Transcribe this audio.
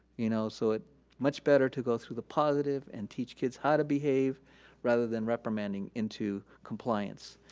you know so it much better to go through the positive and teach kids how to behave rather than reprimanding into compliance.